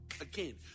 Again